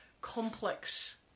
complex